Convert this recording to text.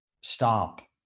stop